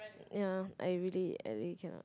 ya I really I really cannot